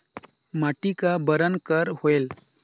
माटी का बरन कर होयल?